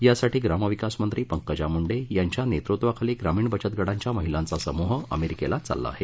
यासाठी ग्रामविकास मंत्री पंकजा मुंडे यांच्या नेतृत्वाखाली ग्रामीण बचतगटांच्या महिलांचा समुह अमेरीकेला चालला आहेत